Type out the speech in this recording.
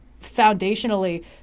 foundationally